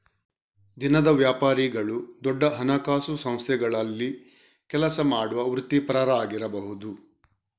ದಿನದ ವ್ಯಾಪಾರಿಗಳು ದೊಡ್ಡ ಹಣಕಾಸು ಸಂಸ್ಥೆಗಳಲ್ಲಿ ಕೆಲಸ ಮಾಡುವ ವೃತ್ತಿಪರರಾಗಿರಬಹುದು